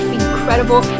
incredible